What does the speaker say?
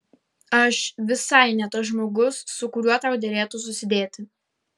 aš visai ne tas žmogus su kuriuo tau derėtų susidėti